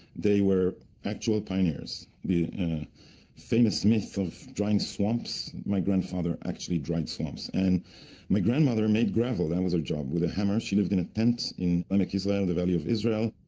they were actual pioneers. the ah famous myth of drying swamps, my grandfather actually dried swamps, and my grandmother made gravel, that was her job, with a hammer, she lived in a tent in emek yizra'el, the valley of israel,